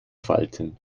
falten